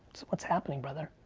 it's what's happening, brother.